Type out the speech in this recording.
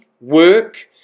work